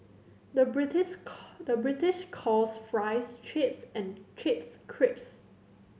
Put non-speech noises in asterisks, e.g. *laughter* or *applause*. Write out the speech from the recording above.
the *unintelligible* the British calls fries chips and chips crisps